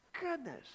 goodness